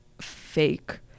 fake